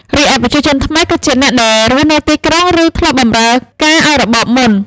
រីឯប្រជាជនថ្មី គឺជាអ្នកដែលរស់នៅទីក្រុង ឬធ្លាប់បម្រើការឱ្យរបបមុន។